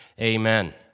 amen